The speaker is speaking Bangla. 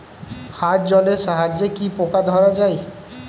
হাত জলের সাহায্যে কি পোকা ধরা যায়?